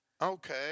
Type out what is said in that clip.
Okay